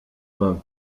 vain